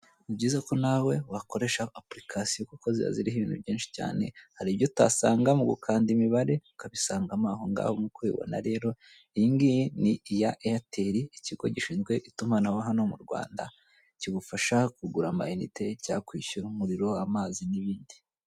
Ni byiza ko nawe wakoresha application kuko ziba ziriho ibintu byinshi cyane, hari ibyo utasanga mu gukanda imibare, ukabisangamo aho ngaho nk'uko ubibona rero, iyi ngiyi ni iya Airtel, ikigo gishinzwe itumanaho hano mu Rwanda, kigufasha kugura amayite cyangwa kwishyura umuriro, amazi n'ibindi.